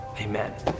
amen